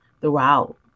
throughout